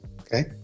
okay